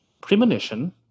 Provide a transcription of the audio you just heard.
premonition